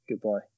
goodbye